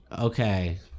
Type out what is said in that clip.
Okay